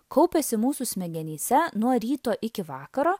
kaupiasi mūsų smegenyse nuo ryto iki vakaro